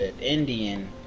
Indian